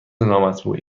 نامطبوعی